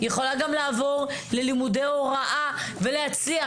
היא תוכל גם לעבור ללימודי הוראה ולהצליח.